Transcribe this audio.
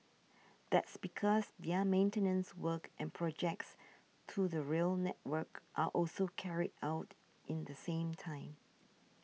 that's because the are maintenance works and projects to the rail network are also carried out in the same time